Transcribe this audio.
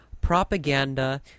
propaganda